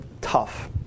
tough